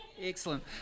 Excellent